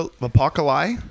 apocalypse